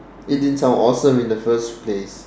it didn't sound awesome in the first place